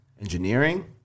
engineering